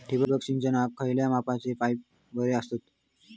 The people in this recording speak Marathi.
ठिबक सिंचनाक खयल्या मापाचे पाईप बरे असतत?